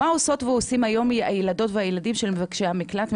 מה עושות ועושים היום הילדות והילדים של מבקשי המקלט,